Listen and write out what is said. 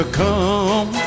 come